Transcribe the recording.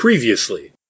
Previously